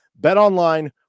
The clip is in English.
BetOnline